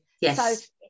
Yes